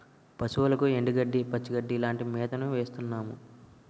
పశువులకు ఎండుగడ్డి, పచ్చిగడ్డీ లాంటి మేతను వేస్తున్నాము